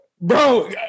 bro